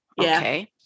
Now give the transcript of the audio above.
Okay